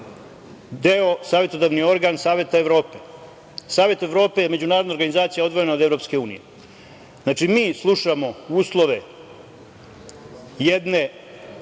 deo, savetodavni organ Saveta Evrope. Savet Evrope je međunarodna organizacija odvojena od EU. Znači, mi slušamo uslove jedne